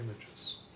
images